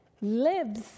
lives